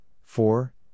four